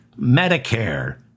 Medicare